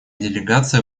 делегация